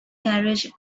carriage